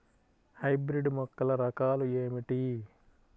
Hybrid మొక్కల రకాలు ఏమిటీ?